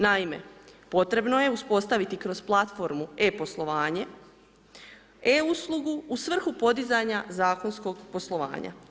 Naime potrebno je uspostaviti kroz platformu e poslovanje, e uslugu u svrhu podizanja zakonskog poslovanja.